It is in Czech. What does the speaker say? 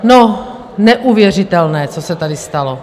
No, neuvěřitelné, co se tady stalo.